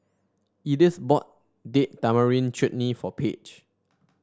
Edyth bought Date Tamarind Chutney for Page